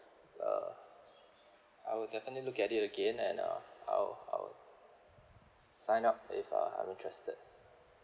uh I will definitely look at it again and uh I'll I'll sign up if uh I'm interested